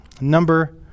Number